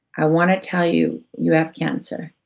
i want to tell you, you have cancer.